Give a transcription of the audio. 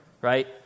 right